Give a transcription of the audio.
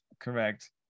correct